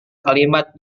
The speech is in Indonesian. kalimat